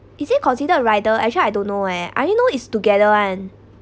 is it considered a rider actually I don't know eh I only know is together [one]